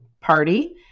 party